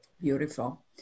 Beautiful